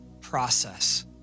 process